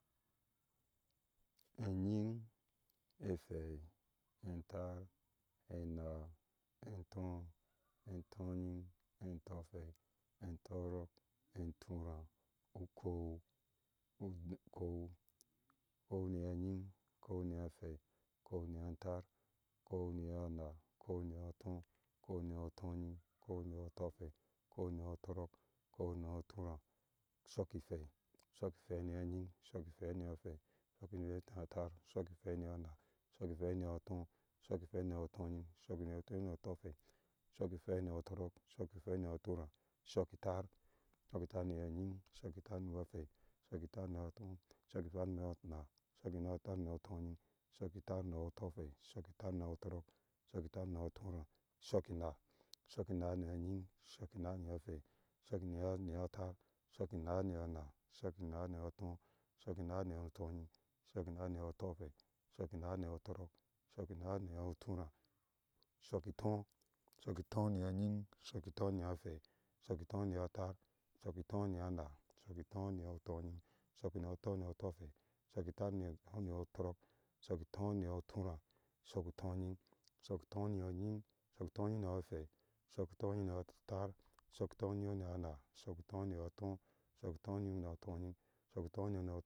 Eŋyin ehwei e ŋtaar enaa eŋto en ŋtonying eŋtohwei ŋtorɔɔke ŋturaa ukɔɔu ukɔɔu. ukɔɔu ŋi yɔɔ ŋyi hwei ukɔɔu ŋyo taar ukɔɔu ni yɔɔ naa ukɔɔu niyɔɔ atɔɔ ukɔɔu niyɔɔ tɔŋyin ukɔɔu ŋyɔɔ tohwei ukɔɔu ŋijɔɔ tɔrɔɔk ukɔɔu niyɔɔ turaa ishɔk i hwei niyɔɔ nying ishɔki hwei shɔki hwei niyɔɔ taar shɔlli hwei niyɔɔ naa shɔki hwei niyɔɔ tɔɔ shoki hwei niyɔɔ tɔŋying shɔki hwei niyɔɔ tɔhwei shɔki hwei niyɔɔ tɔrɔɔk shɔki hwei niyɔɔ turaa shɔki taar ŋiyɔɔ ŋying shoki taar ŋyɔɔ hwei shɔki taar ŋiyɔɔ tɔɔ shɔki taar ŋyɔɔ naa shɔki naah tarr ŋiyɔɔ toŋying shɔki taar ŋiyɔɔ to hwei shɔki taar ŋiyɔɔ tɔrɔɔk shɔki taar ŋiyɔɔ turaa shɔki naa shɔki naa niyɔɔ ŋying shɔki naa ŋiyɔɔ hwei shɔki naa niyɔɔ taar shɔki naa ŋiyɔɔ naa shɔki taar ŋyɔɔ tɔɔ shɔki naa ŋiyɔɔ toŋying shɔki naa ŋiyɔɔ tɔhwei shɔki naa ŋiyɔɔ tɔrɔɔk shɔki naa ŋiyɔɔ turaa shɔki tɔɔ shoki tɔɔ niyɔɔ ŋying shɔki tøɔ ŋiyɔɔ hwei shɔki tɔɔ ŋiyɔɔ taar shɔki tɔɔ niyɔɔ naa shɔki tɔɔ ŋiyɔɔ toŋying shɔki naa tɔɔ ŋiyɔɔ tohwei shoki tɔɔ ŋiyɔɔ tɔrɔɔk shɔki tɔɔ ŋiyɔɔ turaa shɔki toŋyingg shɔki toŋying ŋiying ŋiyɔɔ ŋyin shɔku toŋying ŋiyɔɔ hwei. shɔku toŋying ŋiyɔɔ taar shɔku toŋying ŋiyɔɔ naa shoku toŋying ŋyɔɔ tɔɔ shɔku toŋying ŋiyɔɔ toŋying shɔku toŋying ŋiyɔɔ tohwei.